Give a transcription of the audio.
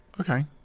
okay